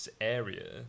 area